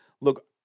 look